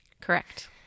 Correct